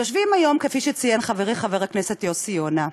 יושבים היום, כפי שציין חברי חבר הכנסת יוסי יונה,